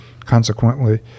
consequently